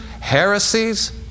heresies